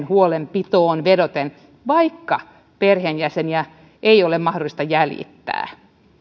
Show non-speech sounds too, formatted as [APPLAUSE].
[UNINTELLIGIBLE] huolenpitoon vedoten vaikka perheenjäseniä ei ole mahdollista jäljittää